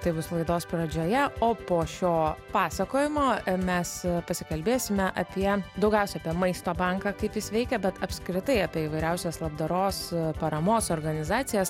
tai bus laidos pradžioje o po šio pasakojimo mes pasikalbėsime apie daugiausiai apie maisto banką kaip jis veikia bet apskritai apie įvairiausias labdaros paramos organizacijas